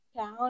town